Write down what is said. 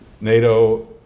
NATO